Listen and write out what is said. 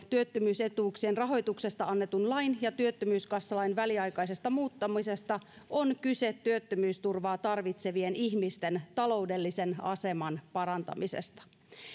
työttömyysetuuksien rahoituksesta annetun lain ja työttömyyskassalain väliaikaisesta muuttamisesta on kyse työttömyysturvaa tarvitsevien ihmisten taloudellisen aseman parantamisesta